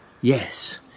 Yes